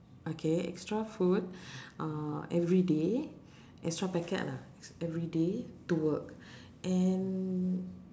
okay extra food uh everyday extra packet lah everyday to work and